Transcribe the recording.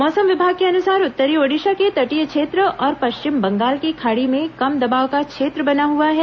मौसम विभाग के अनुसार उत्तरी ओडिशा के तटीय क्षेत्र और पश्चिम बंगाल की खाड़ी में कम दबाव का क्षेत्र बना हुआ है